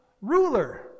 ruler